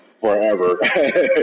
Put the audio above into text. forever